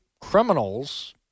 criminals